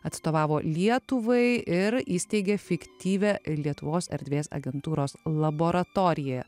atstovavo lietuvai ir įsteigė fiktyvią lietuvos erdvės agentūros laboratoriją